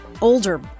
older